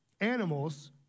Animals